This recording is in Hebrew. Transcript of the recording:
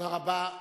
תודה רבה.